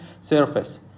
surface